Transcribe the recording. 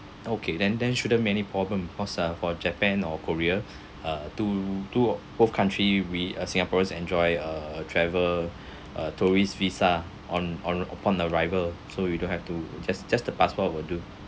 okay then then shouldn't be any problem cause uh for japan or korea uh two two of both country we as singaporeans enjoy uh travel uh tourist visa on on upon arrival so you don't have to just just the passport will do